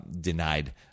denied